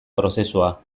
prozesua